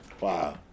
Wow